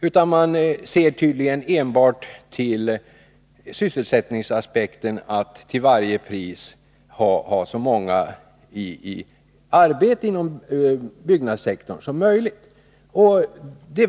Regeringen ser tydligen enbart till sysselsättningsaspekten, att till varje pris ha så många som möjligt inom byggnadssektorn sysselsatta.